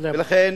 לכן